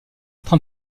autre